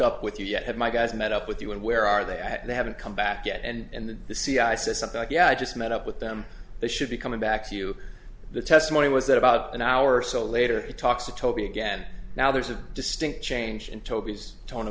up with you yet had my guys met up with you and where are they they haven't come back yet and then the c i says something like yeah i just met up with them they should be coming back to you the testimony was that about an hour or so later he talks to toby again now there's a distinct change in toby's tone of